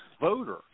voter